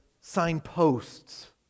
signposts